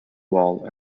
wall